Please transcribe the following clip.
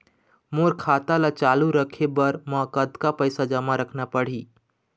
मोर खाता ला चालू रखे बर म कतका पैसा जमा रखना पड़ही?